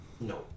No